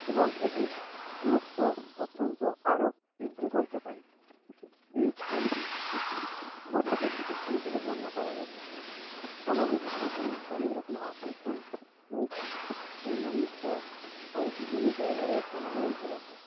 এবং এটি গুরুত্ব অত্যন্ত আরও বৃদ্ধি করতে পারি এই স্থানটি একটি পবিত্র পীঠস্থান হিসেবে গণ্য করা হয়ে থাকে আমাদের এখানে অনেক রকম আকর্ষণ রয়েছে এই মন্দির ছাড়াও আর বিভিন্ন জায়গা রয়েছে আমাদের এই জেলাতে